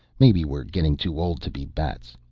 maybe we're getting too old to be bats.